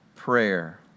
Prayer